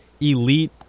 elite